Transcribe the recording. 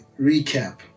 recap